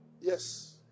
Yes